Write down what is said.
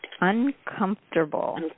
Uncomfortable